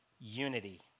unity